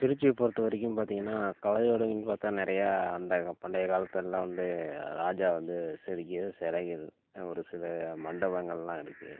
திருச்சியைப் பொறுத்த வரைக்கும் பார்த்தீங்கன்னா கலைவடியின் பார்த்தா நிறையா அந்த பண்டைய காலத்தெல்லாம் வந்து ராஜா வந்து செதுக்கியது சிலையில் ஒரு சில மண்டபங்கள்லாம் இருக்குது